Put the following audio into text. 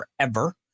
forever